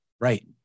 Right